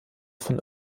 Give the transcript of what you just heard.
von